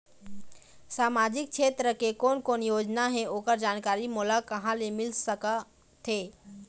सामाजिक क्षेत्र के कोन कोन योजना हे ओकर जानकारी मोला कहा ले मिल सका थे?